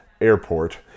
airport